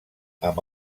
amb